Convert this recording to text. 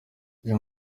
jya